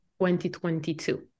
2022